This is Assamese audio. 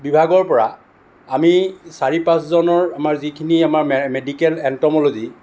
বিভাগৰ পৰা আমি চাৰি পাঁচজনৰ আমাৰ যিখিনি আমাৰ মেডিকেল এণ্টম'লজী